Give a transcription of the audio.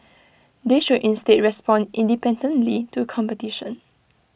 they should instead respond independently to competition